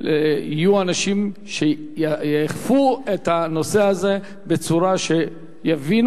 שיהיו אנשים שיאכפו את הנושא הזה בצורה שיבינו